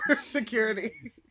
security